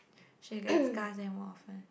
she gets scars and more often